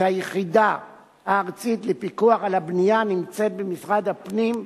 שהיחידה הארצית לפיקוח על הבנייה נמצאת במשרד הפנים,